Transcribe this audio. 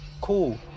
Cool